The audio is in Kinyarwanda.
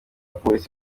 polisi